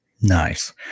Nice